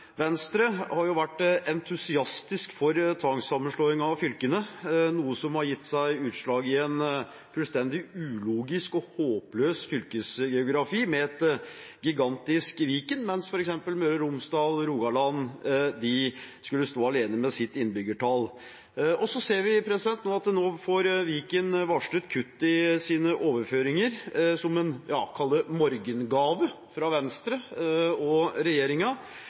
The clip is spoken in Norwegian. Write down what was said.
Venstre har vært entusiastisk for tvangssammenslåing av fylkene, noe som har gitt seg utslag i en fullstendig ulogisk og håpløs fylkesgeografi med et gigantisk Viken, mens f.eks. Møre og Romsdal og Rogaland skal stå alene med sine innbyggertall. Så ser vi at nå får Viken varslet kutt i sine overføringer – kall det morgengave – fra Venstre og